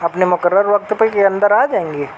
اپنے مقرر وقت پہ کہ اندر آ جائیں گی